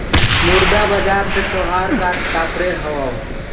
मुद्रा बाजार से तोहरा का तात्पर्य हवअ